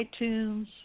iTunes